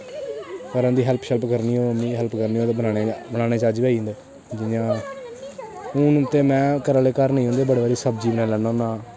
पर उं'दी हैल्प शैल्प करनी होऐ ते बनाने दा बनाने दा चज्ज बी आई जंदा जियां हून ते में घरै आह्ले घर नेईं होंदे बड़े बारी सब्जी बनाना होन्ना